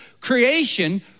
Creation